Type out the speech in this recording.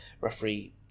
referee